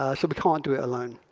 ah so we can't do it alone.